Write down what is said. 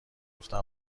گفتم